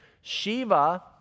Shiva